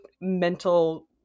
mental